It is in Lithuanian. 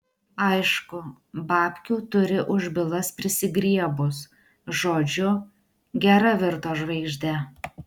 aišku babkių turi už bylas prisigriebus žodžiu gera virto žvaigžde